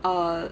err